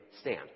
stand